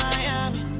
Miami